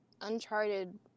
uncharted